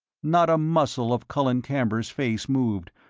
not a muscle of colin camber's face moved,